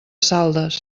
saldes